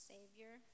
Savior